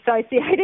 associated